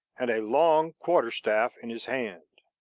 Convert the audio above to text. and a long quarter-staff in his hand.